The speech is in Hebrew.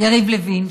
יריב לוין,